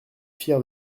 fiers